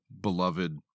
beloved